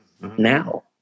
now